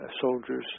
soldiers